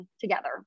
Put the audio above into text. together